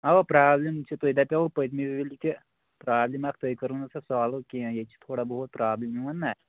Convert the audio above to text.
اَوا پرٛابلِم چھِ تُہۍ دَپاوُ پٔتمہِ وِلہِ تہِ پرٛابلِم اَکھ تُہۍ کٔروٕ نہٕ سَہ سالو کیٚنٛہہ ییٚتہِ چھُ تھوڑا بہت پرٛابلِم یِوان نہ